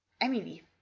Emily